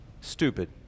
Stupid